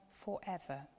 forever